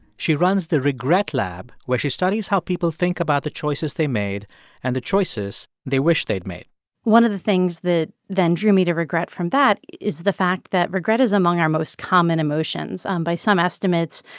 she runs the regret lab where she studies how people think about the choices they made and the choices they wish they'd made one of the things that then drew me to regret from that is the fact that regret is among our most common emotions. um by some estimates,